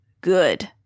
Good